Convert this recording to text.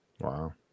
wow